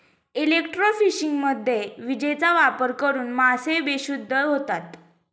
इलेक्ट्रोफिशिंगमध्ये विजेचा वापर करून मासे बेशुद्ध होतात